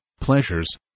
pleasures